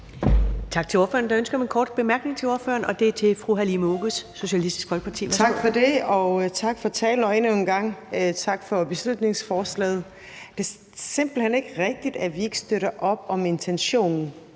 Tak til ordføreren. Der er ønske om en kort bemærkning til ordføreren, og det er fra fru Halime Oguz, Socialistisk Folkeparti. Værsgo. Kl. 13:54 Halime Oguz (SF): Tak for det. Og tak for talen, og endnu en gang tak for beslutningsforslaget. Det er simpelt hen ikke rigtigt, at vi ikke støtter op om intentionen.